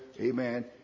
Amen